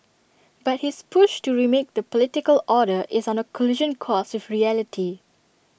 but his push to remake the political order is on A collision course with reality